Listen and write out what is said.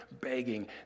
begging